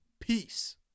peace